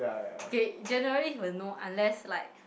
okay generally he will know unless like